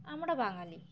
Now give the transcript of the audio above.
আমরা বাঙালি